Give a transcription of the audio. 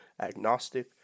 agnostic